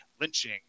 lynching